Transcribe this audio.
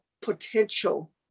potential